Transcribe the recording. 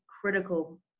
critical